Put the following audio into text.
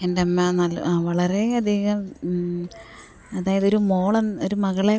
എൻ്റെമ്മ നല്ല വളരേയധികം അതായതൊരു മോൾ ഒരു മകളെ